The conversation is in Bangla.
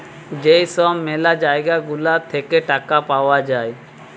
যেই সব ম্যালা জায়গা গুলা থাকে টাকা পাওয়া যায়